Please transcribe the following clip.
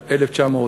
2000,